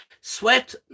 Sweat